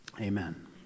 Amen